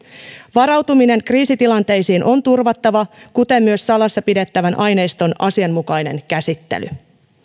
varautuminen kriisitilanteisiin on turvattava kuten myös salassa pidettävän aineiston asianmukainen käsittely